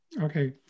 okay